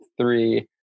three